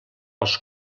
els